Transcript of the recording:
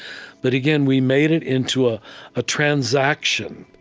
but again, we made it into a ah transaction.